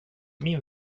min